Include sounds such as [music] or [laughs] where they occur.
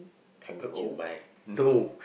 [laughs] oh my no